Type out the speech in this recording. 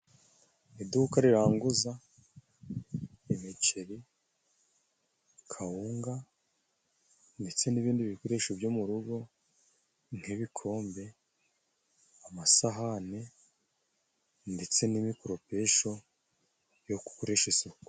Iduka riranguza umuceri, kawunga, ndetse n'ibindi bikoresho byo mu rugo nk'ibikombe, amasahani, ndetse n'imikoropesho yo gukoresha isuku.